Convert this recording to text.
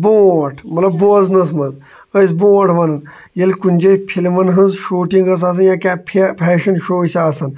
boat مطلب business منٛز أسۍ بوٹ وَنان ییٚلہِ کُنہِ جایہِ فِلمَن ۂنٛز شوٗٹنٛگ ٲس آسان یا کیٚنٛہہ فیشن شو ٲسۍ آسن